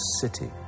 city